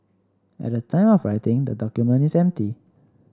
at the time of writing the document is empty